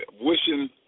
wishing